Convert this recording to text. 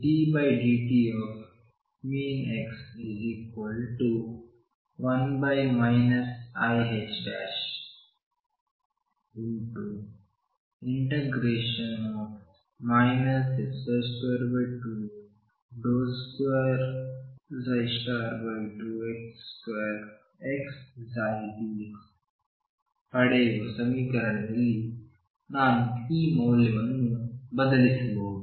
ddt⟨x⟩1 iℏ 22m2x2xψdx ಪಡೆಯುವ ಸಮೀಕರಣದಲ್ಲಿ ನಾನು ಈ ಮೌಲ್ಯವನ್ನು ಬದಲಿಸಬಹುದು